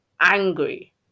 angry